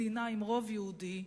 מדינה עם רוב יהודי,